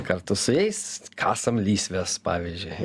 kartu su jais kasam lysves pavyzdžiui